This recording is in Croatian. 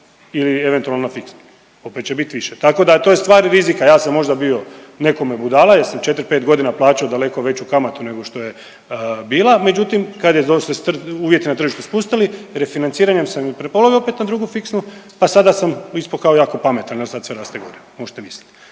ili eventualno na fiksni opet će biti više. Tako da to je stvar rizika, ja sam možda bio nekome budala jer sam 4-5 godina plaćao daleko veću kamatu nego što je bila, međutim kad je …/Govornik se ne razumije./… uvjeti na tržištu spustili, refinanciranjem sam je prepolovio opet na drugu fiksnu pa sada sam ispao kao jako pametan, evo sad se raste gore, možte mislit.